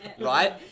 Right